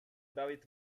david